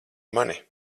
mani